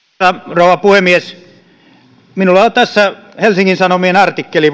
rouva puhemies minulla on tässä helsingin sanomien artikkeli